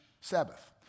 Sabbath